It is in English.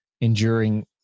enduring